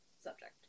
subject